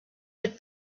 had